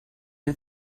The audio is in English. new